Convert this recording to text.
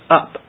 up